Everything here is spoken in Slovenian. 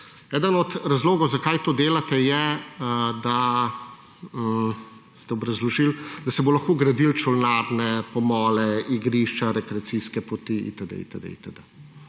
Eden od razlogov, zakaj to delate, ste obrazložili, da se bo lahko gradilo čolnarne, pomole, igrišča, rekreacijske poti in